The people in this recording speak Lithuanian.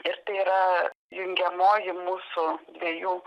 ir tai yra jungiamoji mūsų dviejų